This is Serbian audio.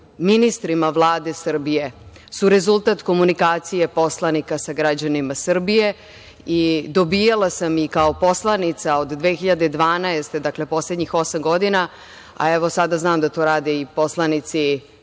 ministrima Vlade Srbije su rezultat komunikacije poslanika sa građanima Srbije i dobijala sam kao poslanica od 2012. godine, poslednjih osam godina, a sada znam da to rade i poslanici